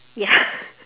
ya